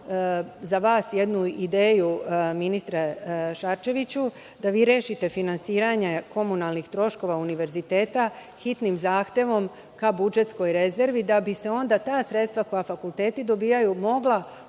za vas jednu ideju, ministre Šarčeviću, da vi rešite finansiranje komunalnih troškova univerziteta hitnim zahtevom ka budžetskoj rezervi, da bi se onda ta sredstva, koja fakulteti dobijaju, mogla